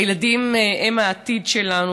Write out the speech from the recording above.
הילדים הם העתיד שלנו.